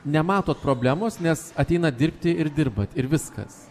nematot problemos nes ateinat dirbti ir dirbat ir viskas